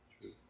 True